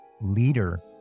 leader